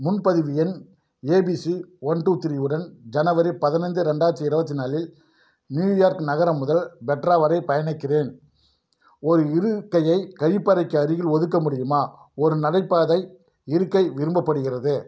முன்பதிவு எண் A B C one two three உடன் ஜனவரி பதினஞ்சி ரெண்டாயிரத்தி இருபத்தி நாலு இல் நியூயார்க் நகரம் முதல் பெட்ரா வரை பயணிக்கிறேன் ஒரு இருக்கையை கழிப்பறைக்கு அருகில் ஒதுக்க முடியுமா ஒரு நடைபாதை இருக்கை விரும்பப்படுகிறது